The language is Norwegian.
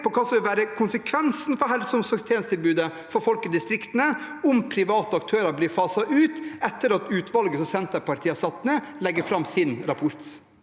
på hva som vil være konsekvensen for helse- og omsorgstjenestetilbudet for folk i distriktene om private aktører blir faset ut etter at utvalget som Senterpartiet har satt ned, legger fram sin rapport.